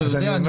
אתה יודע,